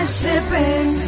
sipping